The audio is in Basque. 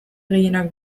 gehienak